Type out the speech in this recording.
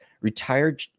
retired